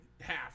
half